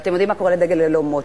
ואתם יודעים מה קורה לדגל ללא מוט?